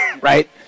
Right